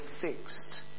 fixed